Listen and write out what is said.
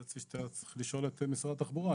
אתה צריך לשאול את משרד התחבורה.